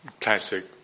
classic